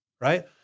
right